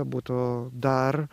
būtų dar